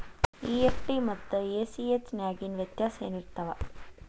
EFT ಮತ್ತ ACH ನ್ಯಾಗಿನ್ ವ್ಯೆತ್ಯಾಸೆನಿರ್ತಾವ?